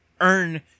earn